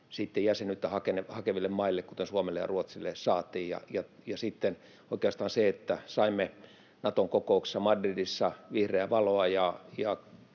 jäsenyyttä hakeville maille, kuten Suomelle ja Ruotsille, saadaan. Ja sitten oikeastaan, kun saimme Naton kokouksessa Madridissa vihreää valoa